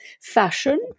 fashion